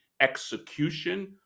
execution